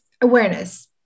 awareness